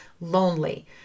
lonely